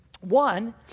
One